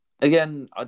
Again